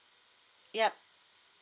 yup